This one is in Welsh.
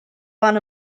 lan